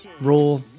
raw